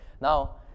Now